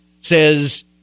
says